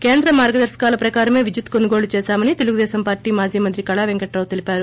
కేంద్ర మార్గదర్పకాల ప్రకారమే విద్యుత్ కొనుగోళ్లు చేశామని తెలుగుదేశం పార్టీ మాజీ మంత్రి కళా వెంకట్రావ్ తెలిపారు